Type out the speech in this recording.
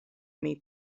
mia